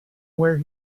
where